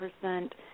percent